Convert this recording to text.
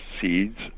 seeds